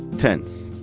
tense.